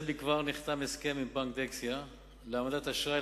זה מכבר נחתם הסכם עם בנק דקסיה להעמדת אשראי